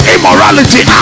Immorality